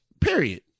period